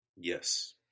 Yes